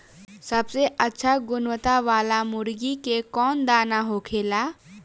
सबसे अच्छा गुणवत्ता वाला मुर्गी के कौन दाना होखेला?